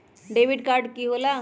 Debit card की होला?